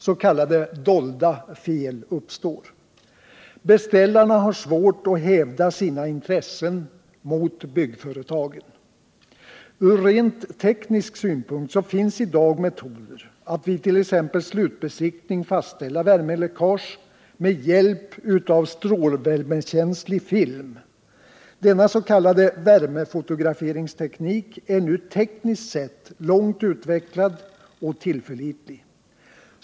S. k. dolda fel uppstår. Beställarna har svårt att hävda sina intressen mot byggföretagen. Från rent teknisk synpunkt finns i dag metoder att vid t.ex. besiktning fastställa värmeläckage med hjälp av strålvärmekänslig film. Denna s.k. värmefotograferingsteknik är nu tekniskt sett långt utvecklad och tillförlitlig.